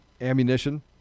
ammunition